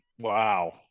wow